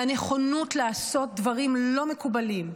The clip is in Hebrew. והנכונות לעשות דברים לא מקובלים,